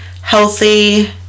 healthy